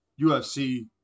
UFC